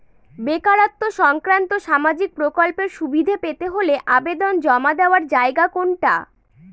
বেকারত্ব সংক্রান্ত সামাজিক প্রকল্পের সুবিধে পেতে হলে আবেদন জমা দেওয়ার জায়গা কোনটা?